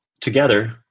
together